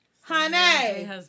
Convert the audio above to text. honey